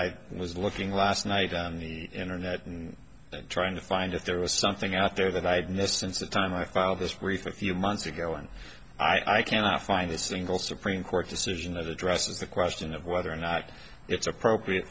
i was looking last night on the internet and trying to find if there was something out there that i've missed since the time i filed this report few months ago and i cannot find a single supreme court decision that addresses the question of whether or not it's appropriate